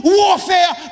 warfare